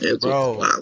bro